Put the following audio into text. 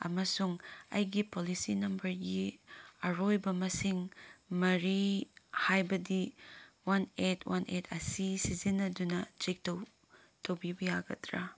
ꯑꯃꯁꯨꯡ ꯑꯩꯒꯤ ꯄꯣꯂꯤꯁꯤ ꯅꯝꯕꯔꯒꯤ ꯑꯔꯣꯏꯕ ꯃꯁꯤꯡ ꯃꯔꯤ ꯍꯥꯏꯕꯗꯤ ꯋꯥꯟ ꯑꯩꯠ ꯋꯥꯟ ꯑꯩꯠ ꯑꯁꯤ ꯁꯤꯖꯤꯟꯅꯗꯨꯅ ꯆꯦꯛ ꯇꯧꯕꯤꯕ ꯌꯥꯒꯗ꯭ꯔꯥ